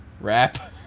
Rap